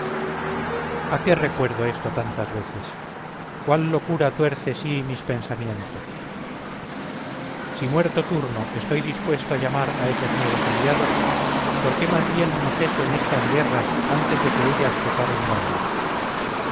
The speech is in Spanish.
a qué recuerdo esto tantas veces cuál locura tuerce sí mis pensamientos si muerto turno estoy dispuesto a llamar a esos nuevos aliados por qué más bien no ceso en estas guerras antes de que ellas te paren daños